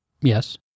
Yes